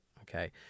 okay